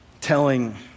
telling